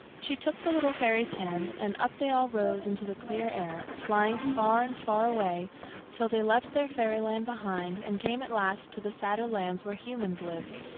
she took the little fairy's hand, and up they all rose into the clear air, flying far and far away till they left their fairyland behind and came at last to the sadder lands where humans lived.